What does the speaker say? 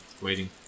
waiting